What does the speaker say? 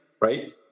right